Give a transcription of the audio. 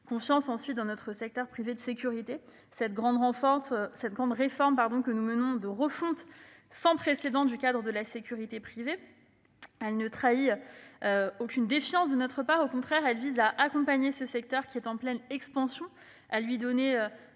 Confiance ensuite dans notre secteur privé de sécurité : la grande réforme de refonte sans précédent du cadre de la sécurité privée que nous menons ne trahit aucune défiance de notre part. Au contraire, elle vise à accompagner ce secteur, qui est en pleine expansion, et à lui donner